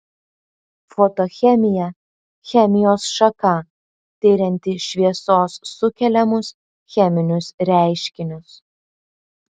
fotochemija chemijos šaka tirianti šviesos sukeliamus cheminius reiškinius